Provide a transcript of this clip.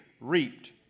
reaped